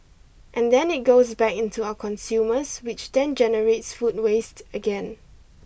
and then it goes back into our consumers which then generates food waste again